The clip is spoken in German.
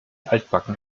altbacken